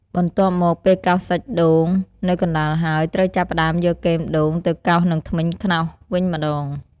បន្ទាប់មក ពេលកោសសាច់ដូងនៅកណ្តាលហើយ ត្រូវចាប់ផ្តើមយកគែមដូងទៅកោសនឹងធ្មេញខ្នោសវិញម្តង។